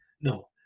No